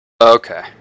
Okay